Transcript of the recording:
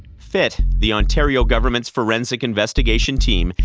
fit, the ontario government's forensic investigation team,